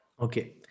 okay